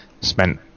spent